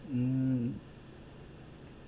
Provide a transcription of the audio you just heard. mm